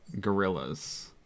gorillas